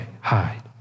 hide